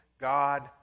God